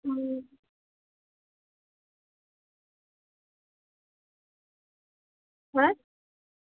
হুম হ্যাঁ